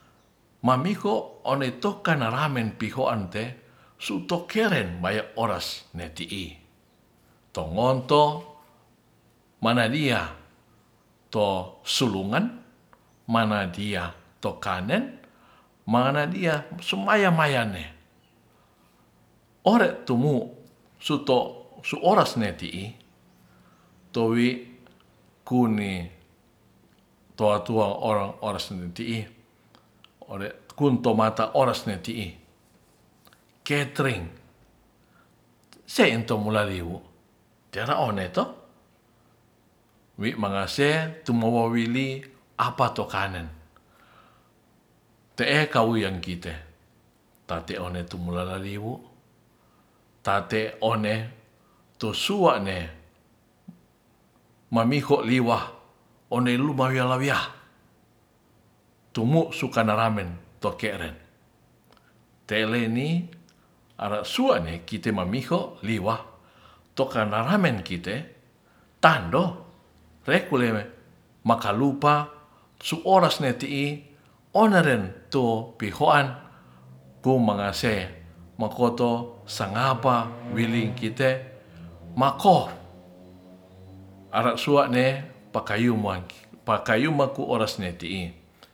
Mamiho oney tu kanaramen pihoante su tokeren bai oras netihi togonto manadia to sulungan manadia tokanen maya dia sumayamayane ore tumu su ores neti'i tuwi kune toatuang ores neti'i kuntomata ores neti'i ketring seninto mulaliwu' tiara one to wi mangase tu mongowoli apato kanen te'e kawuyan kite tateone tumulalaliwu tate one tu sua'ne mamiho liwa one lumalawiya lawiya tumu sukanaramen toke' ren te'leni are suane kite mamiho liwah tokanaramen kite tando rekule makalu pa su ores ne ti'i oneren tu pihoan kumangase mokoto sangapa wili ngikte makoh arasuane pakumaku ores neti'i.